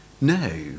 No